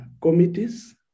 committees